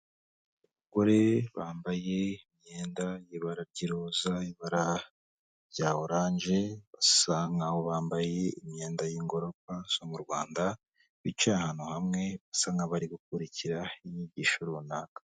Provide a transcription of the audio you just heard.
Abagore bambaye imyenda y'ibara ry'iroza, ibara rya oranje basa nk'aho bambaye imyenda y'ingororwa zo mu Rwanda, bicaye ahantu hamwe basa nk'abari gukurikira inyigisho runaka.